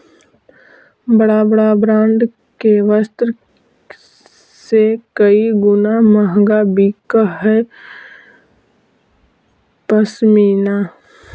बड़ा बड़ा ब्राण्ड के वस्त्र से कई गुणा महँगा बिकऽ हई पशमीना